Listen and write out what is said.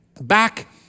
back